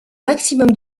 maximum